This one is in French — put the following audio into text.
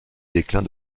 déclin